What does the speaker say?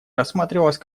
рассматривалась